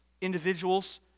individuals